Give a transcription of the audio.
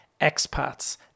expats